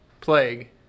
Plague